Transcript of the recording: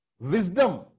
Wisdom